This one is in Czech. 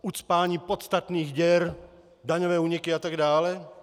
Ucpávání podstatných děr, daňové úniky a tak dále?